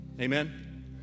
Amen